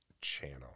Channel